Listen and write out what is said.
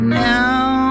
now